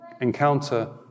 encounter